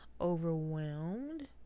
overwhelmed